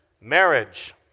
Marriage